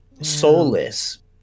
soulless